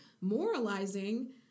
moralizing